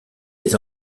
les